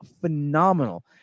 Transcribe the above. phenomenal